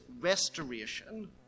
restoration